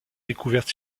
découverte